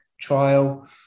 trial